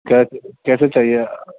کیسے کیسے چاہیے